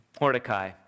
Mordecai